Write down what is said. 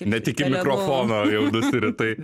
net iki mikrofono jau nusiritai